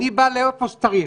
--- אני בא לאיפה שצריך.